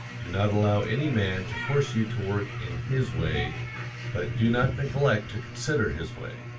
do not allow any man to force you to work in his way but do not neglect to consider his way,